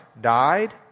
died